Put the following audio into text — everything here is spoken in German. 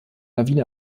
lawine